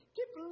Keep